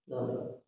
ନୁହଁ